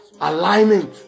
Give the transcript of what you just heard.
Alignment